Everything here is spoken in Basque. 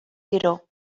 gero